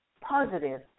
positive